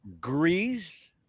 Grease